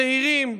צעירים,